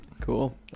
Cool